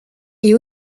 est